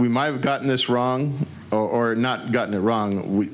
we might have gotten this wrong or not gotten it wrong